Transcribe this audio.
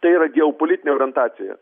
tai yra geopolitinė orientaciją